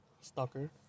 Stalker